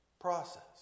process